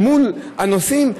מול הנוסעים,